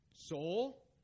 Soul